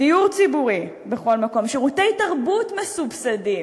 דיור ציבורי בכל מקום, שירותי תרבות מסובסדים,